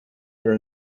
are